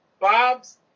Bob's